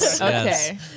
Okay